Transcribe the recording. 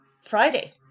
Friday